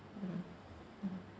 mm mm